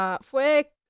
Fue